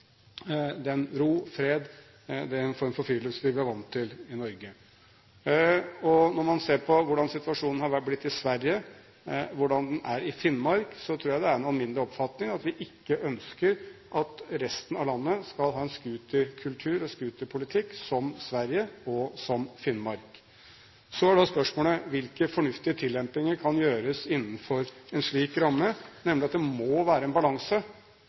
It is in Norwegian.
den ro og fred og den form for friluftsliv vi er vant til i Norge. Når man ser på hvordan situasjonen er blitt i Sverige, og hvordan den er i Finnmark, tror jeg det er den alminnelige oppfatning at vi ikke skal ha en scooterkultur og en scooterpolitikk i hele landet som den de har i Sverige, og den de har i Finnmark. Så er da spørsmålet: Hvilke fornuftige tillempninger kan gjøres innenfor en slik ramme, nemlig at det må være en balanse